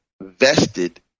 vested